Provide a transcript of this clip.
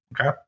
Okay